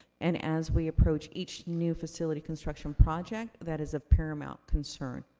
and as we approach each new facility construction project, that is a paramount concern.